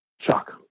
shock